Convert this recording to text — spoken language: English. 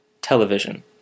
Television